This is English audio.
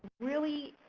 really